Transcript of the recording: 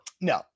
No